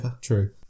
true